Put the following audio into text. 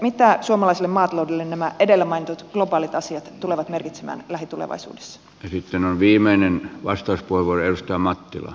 mitä suomalaiselle maataloudelle nämä edellä mainitut globaalit asiat tulevat merkitsemään lähitulevaisuudessa eli tämä viimeinen vastaisku ivorysta mattila